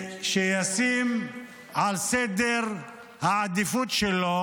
שישים בסדר העדיפות שלו